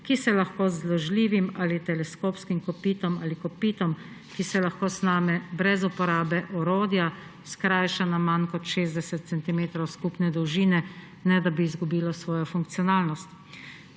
ki se lahko z zložljivim ali teleskopskim kopitom ali kopitom, ki se lahko sname brez uporabe orodja, skrajša na manj kot 60 centimetrov skupne dolžine, ne da bi izgubilo svojo funkcionalnost.